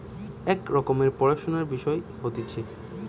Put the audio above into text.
এক রকমের পড়াশুনার বিষয় হতিছে